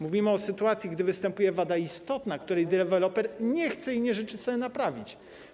Mówimy o sytuacji, gdy występuje wada istotna, której deweloper nie chce, nie życzy sobie naprawić.